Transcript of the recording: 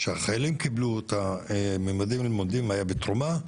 שהחיילים קיבלו את מדים ללימודים, היה בתרומה.